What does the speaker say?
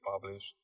published